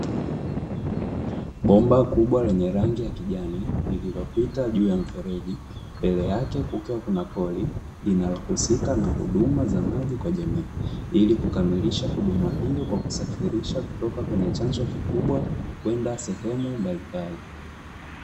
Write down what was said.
Bomba kubwa lenye rangi ya kijani, lililopita juu ya mfereji, mbele yake kukiwa kuna pori linalohusika na huduma za maji kwa jamii. Ili kukamilisha huduma hiyo kwa kusafirisha kutoka kwenye chanzo kikubwa kwenda sehemu mbalimbali.